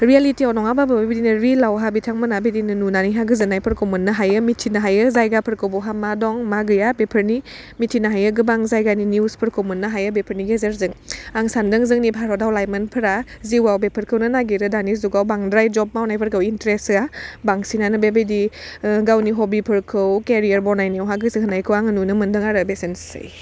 रियालिटियाव नङाबाबो बिदिनो रिलआवहा बिथांमोनहा बिदिनो नुनानैहा गोजोन्नायफोरखौ मोननो हायो मिथिनो हायो जायगाफोरखौ बहा मा दं मा गैया बेफोरनि मिथिनो हायो गोबां जायगानि निउसफोरखौ मोननो हायो बेफोरनि गेजेरजों आं सानदों जोंनि भारताव लाइमोनफोरा जिवाव बेफोरखौनो नागिरो दानि जुगाव बांद्राय जब मावनायफोरखौ इन्टेस्ट होआ बांसिनानो बेबायदि ओह गावनि हबिफोरखौ केरियार बनायनायावहा गोसो होनायखौ आङो नुनो मोन्दों आरो बेसोनसै